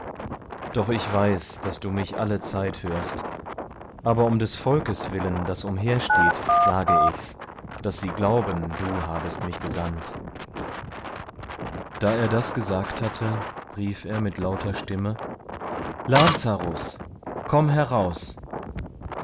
doch ich weiß daß du mich allezeit hörst aber um des volkes willen das umhersteht sage ich's daß sie glauben du habest mich gesandt da er das gesagt hatte rief er mit lauter stimme lazarus komm heraus